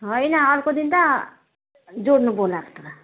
होइन अर्को दिन त जोड्नु बोलाएको त